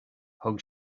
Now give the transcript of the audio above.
thug